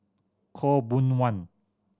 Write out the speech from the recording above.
Khaw Boon Wan